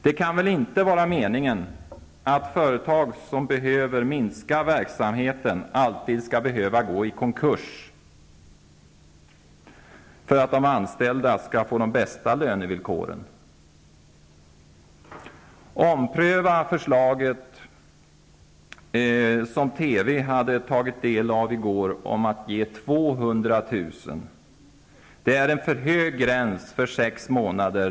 Det kan väl inte vara meningen att företag som behöver minska sin verksamhet alltid skall vara tvungna att gå i konkurs för att de anställda skall få de bästa lönevillkoren. Ompröva förslaget -- som man på TV hade tagit del av i går -- om att ge 200 000 kr., som är en för hög gräns under sex månader!